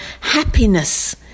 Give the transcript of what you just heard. happiness